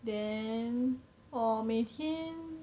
then 我每天